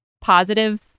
positive